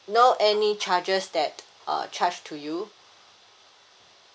no any charges that uh charge to you